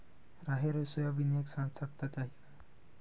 राहेर अउ सोयाबीन एक साथ सप्ता चाही का?